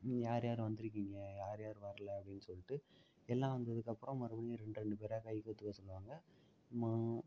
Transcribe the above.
யார் யார் வந்துருக்கீங்க யார் யார் வரல அப்படினு சொல்லிட்டு எல்லாம் வந்ததுக்கு அப்புறம் மறுபடியும் ரெண்டு ரெண்டு பேராக கைகோர்த்துக்க சொல்லுவாங்கள் மா